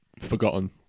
forgotten